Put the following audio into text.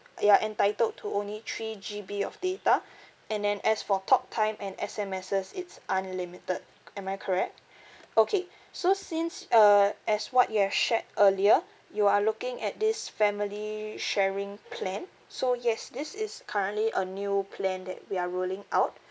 you're entitled to only three G_B of data and then as for talk time and S_M_Ss it's unlimited am I correct okay so since uh as what you have shared earlier you are looking at this family sharing plan so yes this is currently a new plan that we are rolling out